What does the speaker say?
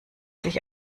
sich